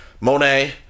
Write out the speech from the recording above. Monet